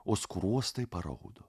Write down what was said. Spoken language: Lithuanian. o skruostai paraudo